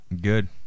Good